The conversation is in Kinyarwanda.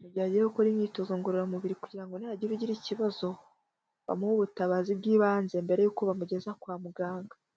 mugihe agiye gukora imyitozo ngororamubiri kugirango nihagira ugira ikibazo bamuhe ubutabazi bw'ibanze. mbere yuko bamugeza kwa muganga.